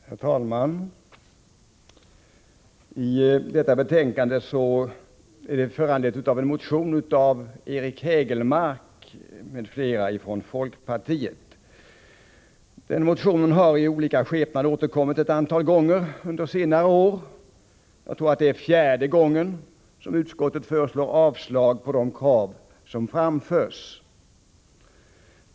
Herr talman! Detta betänkande är föranlett av en motin av Eric Hägelmark m.fl. från folkpartiet. Motionen har i olika skepnader återkommit ett antal gånger under senare år. Jag tror att det är fjärde gången som försvarsutskottet föreslår avslag på de krav som framförs.